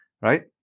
right